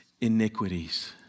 iniquities